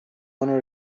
owner